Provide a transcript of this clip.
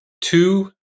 two